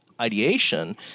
ideation